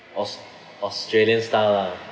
aus~ australian style lah